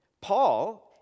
Paul